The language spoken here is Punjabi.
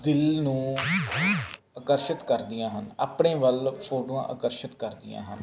ਦਿਲ ਨੂੰ ਆਕਰਸ਼ਿਤ ਕਰਦੀਆਂ ਹਨ ਆਪਣੇ ਵੱਲ ਫੋਟੋਆਂ ਆਕਰਸ਼ਿਤ ਕਰਦੀਆਂ ਹਨ